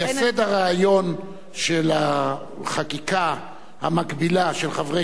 מייסד הרעיון של החקיקה המקבילה של חברי